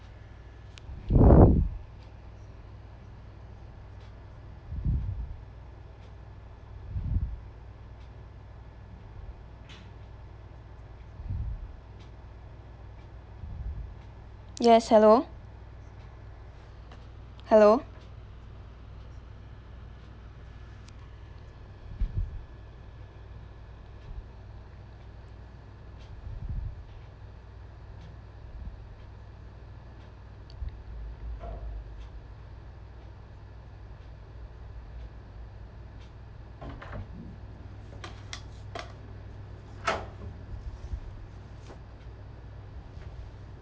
yes hello hello